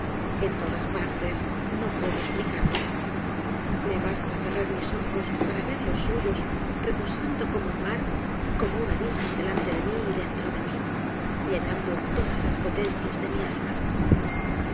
en todas partes no puedo esplicártelo me basta cerrar mis ojos para ver los suyos reposando como un mar como un abismo delante de mi y dentro de mí llenando todas las potencias de mi alma